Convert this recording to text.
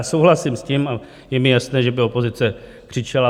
Souhlasím s tím a je mi jasné, že by opozice křičela.